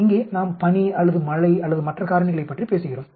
இங்கே நாம் பனி அல்லது மழை அல்லது மற்ற காரணிகளை பற்றி பேசுகிறோம்